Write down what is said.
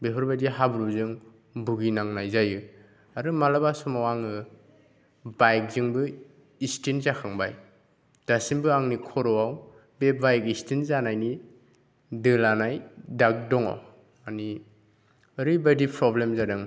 बेफोर बायदि हाब्रुजों भुगिनांनाय जायो आरो माब्लाबा समाव आङो बाइकजोंबो एक्सिडेन्ट जाखांबाय दासिमबो आंनि खर'आव बे बाइक एक्सिडेन्ट जानायनि दोलानाय दाग दङ मानि ओरैबायदि प्रब्लेम जादों